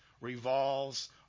revolves